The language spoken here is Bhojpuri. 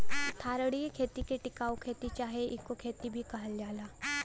धारणीय खेती के टिकाऊ खेती चाहे इको खेती भी कहल जाला